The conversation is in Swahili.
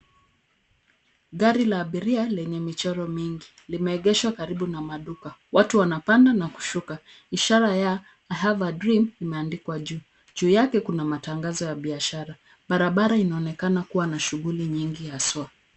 Gari la abiria lenye michoro mingi limeegeshwa karibu na maduka. Watu wanapanda na kushuka. Ishara ya I have a dream imeandikwa juu. Juu yake kuna matangazo ya biashara. Barabara inaonekana kuwa na shughuli nyingi haswa.